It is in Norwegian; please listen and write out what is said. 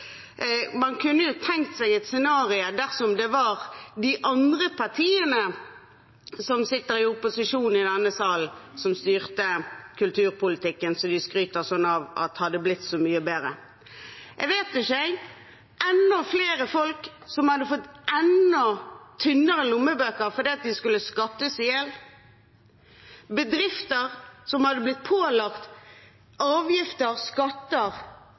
Man kunne jo tenke seg et scenario dersom det var de andre partiene som sitter i opposisjon i denne sal, som styrte kulturpolitikken som de skryter sånn av at hadde blitt så mye bedre. Jeg vet ikke – enda flere folk som hadde fått enda tynnere lommebøker fordi de skulle skattes i hjel, bedrifter som hadde blitt pålagt avgifter, skatter,